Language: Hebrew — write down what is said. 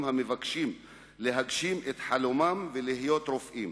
המבקשים להגשים את חלומם ולהיות רופאים.